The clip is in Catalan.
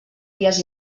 dies